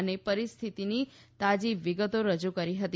અને પરિસ્થિતીની તાજી વિગતો રજૂ કરી હતી